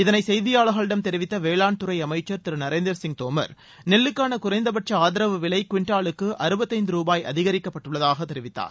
இதனை செய்தியாளர்களிடம் தெரிவித்த வேளாண் துறை அமைச்சர் திரு நரேந்திர சிங் தோமர் நெல்லுக்கான குறைந்தபட்ச ஆதரவு விலை குவிண்டாலுக்கு ருபாய் அதிகரிக்கப்பட்டுள்ளதாக தெரிவித்தார்